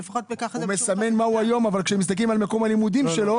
הוא מסמן מה הוא היום אבל כשמסתכלים על מקום הלימודים שלו.